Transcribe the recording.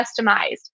customized